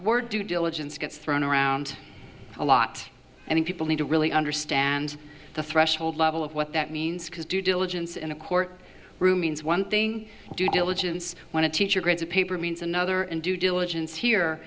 ore due diligence gets thrown around a lot and people need to really understand the threshold level of what that means because due diligence in a court room means one thing due diligence when a teacher gets a paper means another and due diligence here